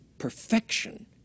perfection